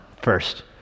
First